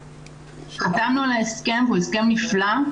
חתמנו על ההסכם והוא הסכם נפלא.